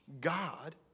God